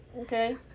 Okay